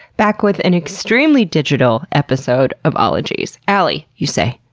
back with an extremely digital episode of ologies. alie, you say,